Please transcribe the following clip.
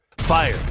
Fire